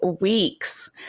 weeks